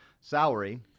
salary